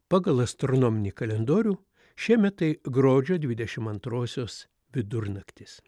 pagal astronominį kalendorių šiemet tai gruodžio dvidešim antrosios vidurnaktis